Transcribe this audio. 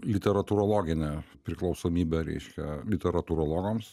literatūrologinę priklausomybę reiškia literatūrologams